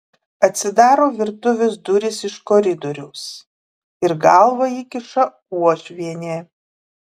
atsidaro virtuvės durys iš koridoriaus ir galvą įkiša uošvienė